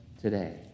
today